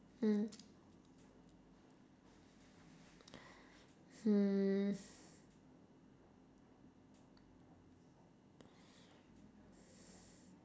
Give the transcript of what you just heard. hmm